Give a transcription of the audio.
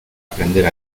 aprender